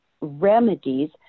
remedies